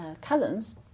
cousins